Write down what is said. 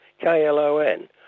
K-L-O-N